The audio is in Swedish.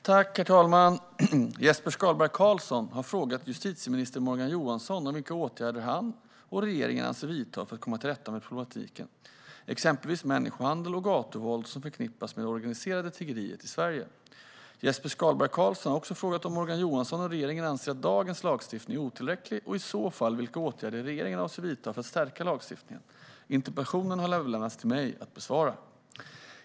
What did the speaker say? Herr talman! Jesper Skalberg Karlsson har frågat justitieminister Morgan Johansson vilka åtgärder han och regeringen avser att vidta för att komma till rätta med den problematik, exempelvis människohandel och gatuvåld, som förknippas med det organiserade tiggeriet i Sverige. Jesper Skalberg Karlsson har också frågat om Morgan Johansson och regeringen anser att dagens lagstiftning är otillräcklig, och i så fall vilka åtgärder regeringen avser att vidta för att stärka lagstiftningen. Interpellationen har överlämnats till mig att besvara.